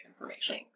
information